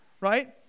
right